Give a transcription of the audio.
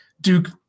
Duke –